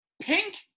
Pink